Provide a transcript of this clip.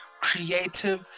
creative